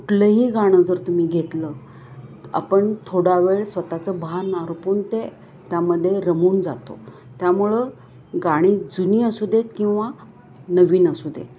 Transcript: कुठलंही गाणं जर तु्ही घेतलं आपण थोडा वेळ स्वताःचं भान हरपून ते त्यामध्ये रमून जातो त्यामुळं गाणी जुनी असू देत किंवा नवीन असू देत